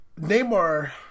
Neymar